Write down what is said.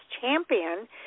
champion